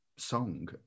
song